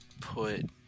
put